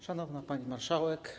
Szanowna Pani Marszałek!